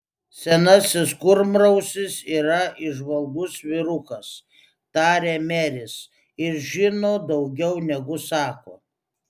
senasis kurmrausis yra įžvalgus vyrukas tarė meris ir žino daugiau negu sako